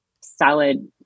salad